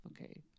Okay